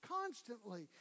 Constantly